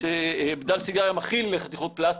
שבדל סיגריה מכיל חתיכות פלסטיק,